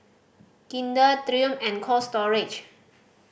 Kinder Triumph and Cold Storage